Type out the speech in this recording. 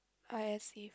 I as if